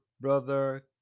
brother